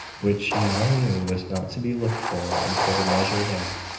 which she now knew was not to be looked for in full measure there,